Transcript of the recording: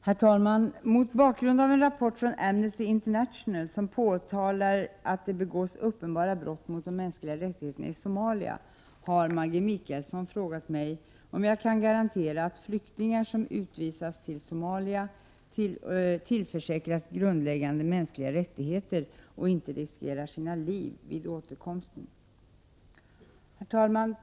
Herr talman! Mot bakgrund av en rapport från Amnesty International som påtalar att det begås uppenbara brott mot de mänskliga rättigheterna i Somalia har Maggi Mikaelsson frågat mig om jag kan garantera att flyktingar som utvisas till Somalia tillförsäkras grundläggande mänskliga rättigheter och inte riskerar sina liv vid återkomsten.